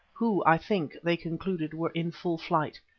who, i think, they concluded were in full flight.